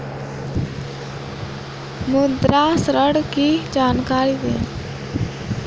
मुद्रा ऋण की जानकारी दें?